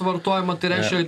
vartojimą tai reiškia